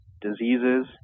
diseases